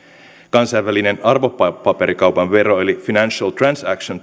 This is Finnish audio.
kansainvälinen arvopaperikaupan vero eli financial transaction